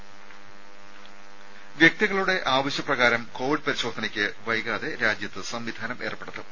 ദേദ വ്യക്തികളുടെ ആവശ്യ പ്രകാരം കോവിഡ് പരിശോധനയ്ക്ക് വൈകാതെ രാജ്യത്ത് സംവിധാനം ഏർപ്പെടുത്തും